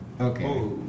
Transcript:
Okay